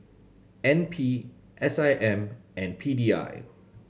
N P S I M and P D I